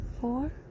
four